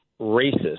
racist